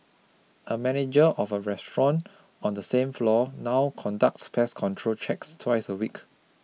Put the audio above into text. a manager of a restaurant on the same floor now conducts pest control checks twice a week